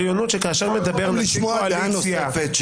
אתם לא יכולים לשמוע דעה נוספת.